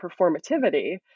performativity